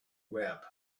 web